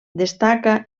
destaca